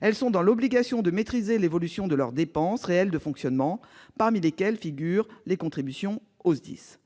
Elles sont dans l'obligation de maîtriser l'évolution de leurs dépenses réelles de fonctionnement, parmi lesquelles figurent les contributions au SDIS.